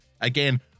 Again